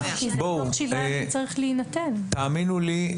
תאמינו לי,